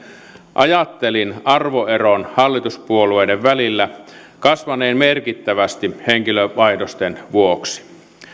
ajattelin arvoeron hallituspuolueiden välillä kasvaneen merkittävästi henkilövaihdosten vuoksi